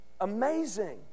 amazing